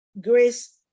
grace